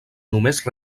només